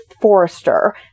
Forrester